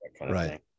right